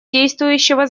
действующего